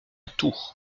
tours